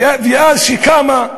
ואז כשקמה,